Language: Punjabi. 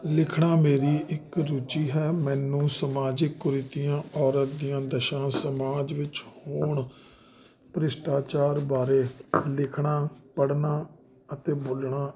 ਲਿਖਣਾ ਮੇਰੀ ਇੱਕ ਰੁਚੀ ਹੈ ਮੈਨੂੰ ਸਮਾਜਿਕ ਕੁਰੀਤੀਆਂ ਔਰਤ ਦੀਆਂ ਦਸ਼ਾ ਸਮਾਜ ਵਿੱਚ ਹੋਣ ਭਰਿਸ਼ਟਾਚਾਰ ਬਾਰੇ ਲਿਖਣਾ ਪੜ੍ਹਨਾ ਅਤੇ ਬੋਲਣਾ